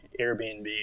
Airbnb